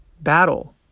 battle